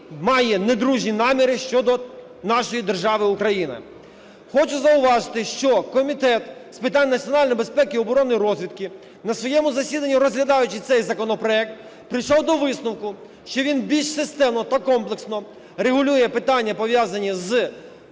має недружні наміри щодо нашої держави Україна. Хочу зауважити, що Комітет з питань національної безпеки, оборони і розвідки на своєму засіданні, розглядаючи цей законопроект, прийшов до висновку, що він більш системно та комплексно регулює питання, пов'язані з